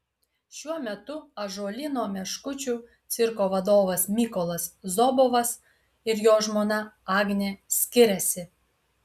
šiuo metu ąžuolyno meškučių cirko vadovas mykolas zobovas ir jo žmona agnė skiriasi